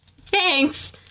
Thanks